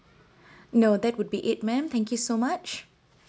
no that would be it ma'am thank you so much